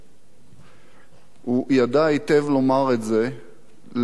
הוא ידע היטב לומר את זה לכל מי שהיה קרוב אליו.